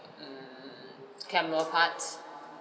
mm camera parts